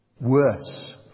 worse